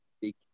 big